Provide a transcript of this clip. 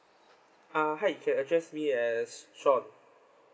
uh hi can address me as shawn